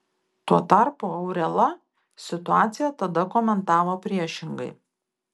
tuo tarpu aurela situaciją tada komentavo priešingai